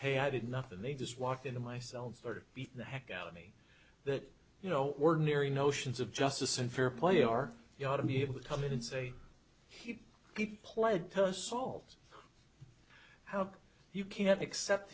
hey i did nothing they just walked into myself or beat the heck out of me that you know ordinary notions of justice and fair play are you ought to be able to come in and say he he pled post solves how you can accept